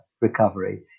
recovery